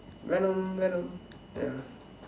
Venom Venom ya